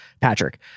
Patrick